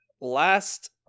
last